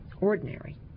ordinary